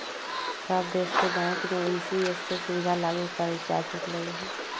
सब देश के बैंक में ई.सी.एस के सुविधा लागू कएल जा चुकलई ह